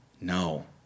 No